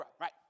right